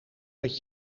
dat